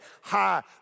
high